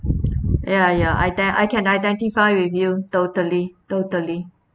ya ya I dare I can identify with you totally totally